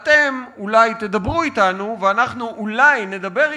אתם אולי תדברו אתנו ואנחנו אולי נדבר אתכם,